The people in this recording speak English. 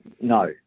No